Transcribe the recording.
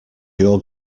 your